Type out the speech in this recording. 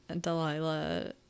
Delilah